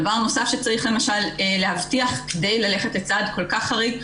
דבר נוסף שצריך למשל להבטיח כדי ללכת לצעד כל כך חריג,